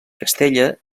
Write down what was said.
castella